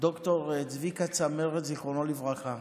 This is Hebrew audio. ד"ר צביקה צמרת, זיכרונו לברכה.